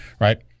right